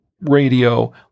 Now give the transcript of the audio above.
radio